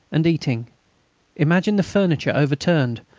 and eating imagine the furniture overturned,